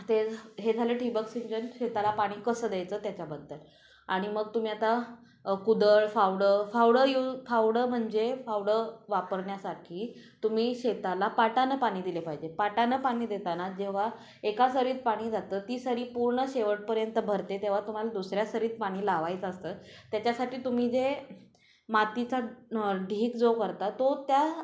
ते हे झालं ठिबक सिंचन शेताला पाणी कसं द्यायचं त्याच्याबद्दल आणि मग तुम्ही आता कुदळ फावडं फावडं यु फावडं म्हणजे फावडं वापरण्यासाठी तुम्ही शेताला पाटानं पाणी दिले पाहिजे पाटानं पाणी देताना जेव्हा एका सरीत पाणी जातं ती सरी पूर्ण शेवटपर्यंत भरते तेव्हा तुम्हाला दुसऱ्या सरीत पाणी लावायचं असतं त्याच्यासाठी तुम्ही जे मातीचा ढीग जो करता तो त्या